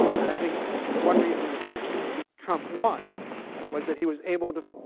and i think one reason that trump won was that he was able to,